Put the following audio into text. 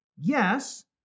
yes